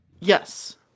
Yes